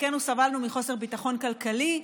חלקנו סבלנו מחוסר ביטחון כלכלי,